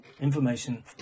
information